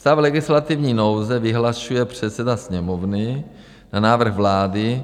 Stav legislativní nouze vyhlašuje předseda Sněmovny na návrh vlády.